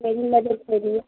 मेरी मदद करिए